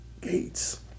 gates